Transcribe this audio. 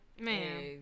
man